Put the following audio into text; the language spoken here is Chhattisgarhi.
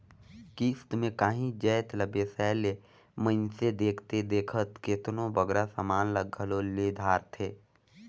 किस्त में कांही जाएत ला बेसाए ले मइनसे देखथे देखत केतनों बगरा समान ल घलो ले धारथे